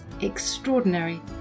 extraordinary